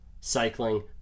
Cycling